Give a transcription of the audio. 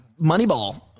Moneyball